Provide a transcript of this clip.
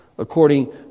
according